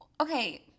okay